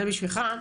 זה בשבילך,